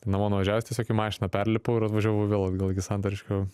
namo nuvažiavęs tiesiog į mašiną perlipau ir atvažiavau vėl atgal į santariškių